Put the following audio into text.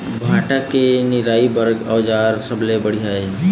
भांटा के निराई बर का औजार सबले बढ़िया ये?